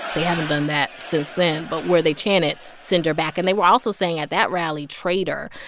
they haven't done that since then. but where they chant it send her back and they were also saying at that rally, traitor,